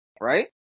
right